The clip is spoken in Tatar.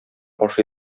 ашый